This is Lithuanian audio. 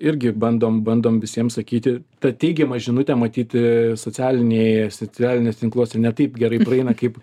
irgi bandom bandom visiem sakyti tą teigiamą žinutę matyti socialinėj socialiniuos tinkluose ne taip gerai praeina kaip